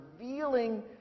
revealing